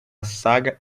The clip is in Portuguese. saga